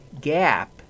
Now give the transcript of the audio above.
gap